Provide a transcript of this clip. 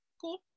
cool